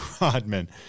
rodman